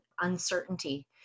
uncertainty